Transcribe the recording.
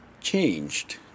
changed